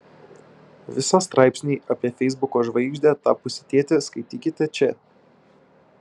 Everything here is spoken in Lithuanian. visą straipsnį apie feisbuko žvaigžde tapusį tėtį skaitykite čia